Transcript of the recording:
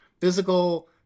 physical